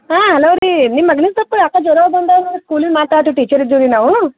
ಹಾಂ ನೋಡಿರಿ ನಿಮ್ಮ ಮಗ್ನಿಗ್ ಸಲ್ಪ ಯಾಕೋ ಜ್ವರ ಬಂದಾವೆ ನೋಡಿ ಸ್ಕೂಲಿಂದ ಮಾತಾಡೋ ಟೀಚರ್ ಇದ್ದೀವಿ ರೀ ನಾವು